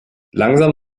langsam